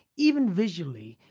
even visually,